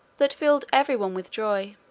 that filled everyone with joy,